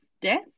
death